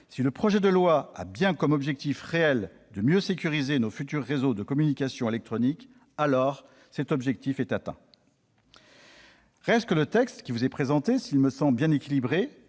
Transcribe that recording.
Si la proposition de loi a réellement pour objectif de mieux sécuriser nos futurs réseaux de communication électronique, alors l'objectif est atteint. Reste que le texte qui nous est soumis, s'il me semble bien équilibré,